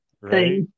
right